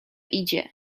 idzie